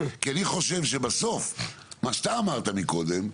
כי אני חושב שבסוף, מה שאתה אומרת מקודם,